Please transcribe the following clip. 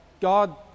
God